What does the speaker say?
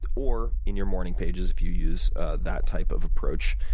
or in your morning pages if you use that type of approach,